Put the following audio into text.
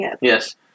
Yes